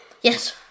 Yes